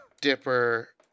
Dipper